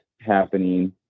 happening